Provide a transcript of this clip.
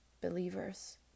believers